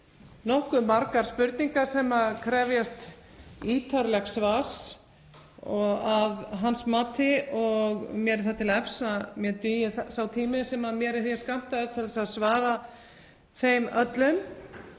nokkuð margar spurningar sem krefjast ítarlegs svars að hans mati og mér er það til efs að mér dugi sá tími sem mér er skammtaður til að svara þeim öllum.